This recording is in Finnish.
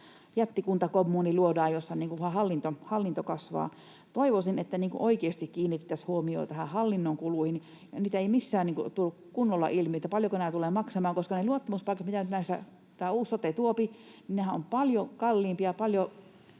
jättikuntakommuuni, jossa vain hallinto kasvaa. Toivoisin, että oikeasti kiinnitettäisiin huomiota näihin hallinnon kuluihin. Niitä ei missään tule kunnolla ilmi, paljonko nämä tulevat maksamaan, koska ne luottamuspaikat, mitä tämä uusi sote tuo, ovat paljon kalliimpia,